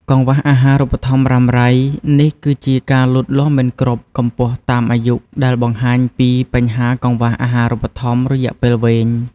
កង្វះអាហារូបត្ថម្ភរ៉ាំរ៉ៃ នេះគឺជាការលូតលាស់មិនគ្រប់កម្ពស់តាមអាយុ ដែលបង្ហាញពីបញ្ហាកង្វះអាហារូបត្ថម្ភរយៈពេលវែង។